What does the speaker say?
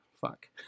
Fuck